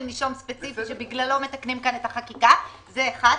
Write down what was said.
נישום ספציפי שבגללו מתקנים פה את החקיקה זה אחת.